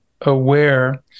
aware